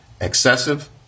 excessive